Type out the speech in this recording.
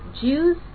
Jews